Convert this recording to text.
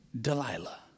Delilah